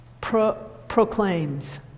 proclaims